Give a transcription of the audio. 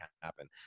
happen